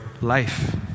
life